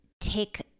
take